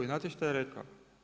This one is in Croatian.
I znate što je rekao?